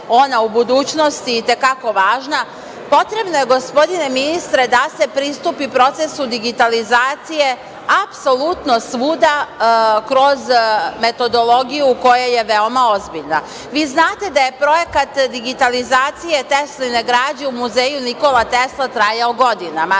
ona u budućnosti i te kako važna, potrebno je gospodine ministre da se pristupi procesu digitalizacije apsolutno svuda kroz metodologiju koja je veoma ozbiljna. Vi znate da je projekat digitalizacije Tesline građe u muzeju „Nikola Tesla“ trajao godina.